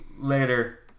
Later